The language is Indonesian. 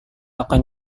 akan